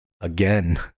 again